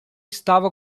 estava